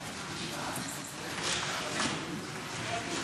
ההצעה להעביר את הצעת חוק הכשרות המשפטית והאפוטרופסות (תיקון,